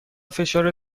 فشار